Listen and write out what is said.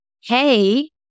hey